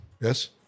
Yes